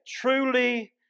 Truly